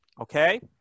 okay